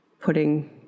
putting